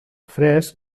fresc